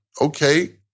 Okay